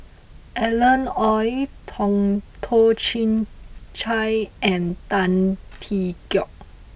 Alan Oei Tong Toh Chin Chye and Tan Tee Yoke